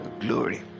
glory